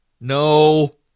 No